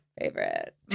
favorite